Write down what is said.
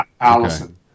Allison